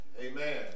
amen